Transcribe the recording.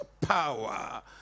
power